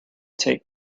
take